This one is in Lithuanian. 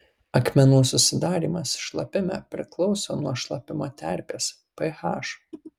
akmenų susidarymas šlapime priklauso nuo šlapimo terpės ph